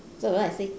so I say